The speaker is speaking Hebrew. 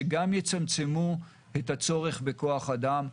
שגם יצמצמו את הצורך בכוח אדם,